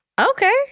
Okay